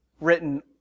written